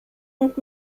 und